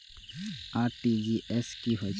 RTGS की होय छै